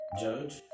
judge